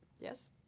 yes